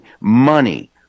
money